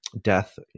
death